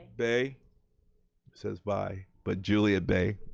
bay. it says bye but julia bay,